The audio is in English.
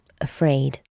afraid